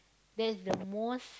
that is the most